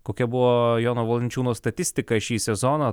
kokia buvo jono valančiūno statistika šį sezoną